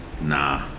Nah